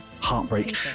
Heartbreak